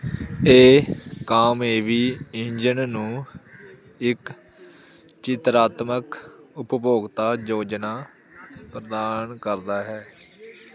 ਇਹ ਕਾਮਏਵੀ ਇੰਜਨ ਨੂੰ ਇੱਕ ਚਿੱਤਰਾਤਮਕ ਉਪਭੋਗਤਾ ਯੋਜਨਾ ਪ੍ਰਦਾਨ ਕਰਦਾ ਹੈ